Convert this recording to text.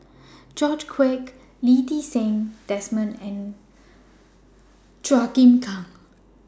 George Quek Lee Ti Seng Desmond and Chua Chim Kang